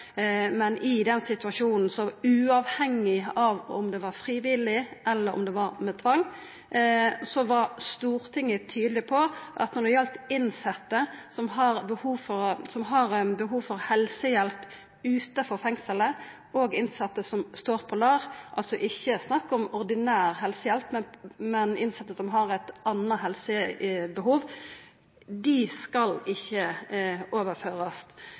Men i den situasjonen, uavhengig av om det var av fri vilje, eller om det var med tvang, så var Stortinget tydeleg på at når det galdt innsette som har behov for helsehjelp utanfor fengselet, og innsette som står på LAR – det er altså ikkje snakk om ordinær helsehjelp, men innsette som har eit anna helsebehov – så skal dei ikkje overførast.